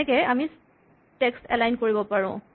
এনেকে আমি text align কৰিব পাৰোঁ